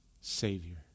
Savior